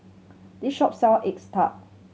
this shop sell eggs tart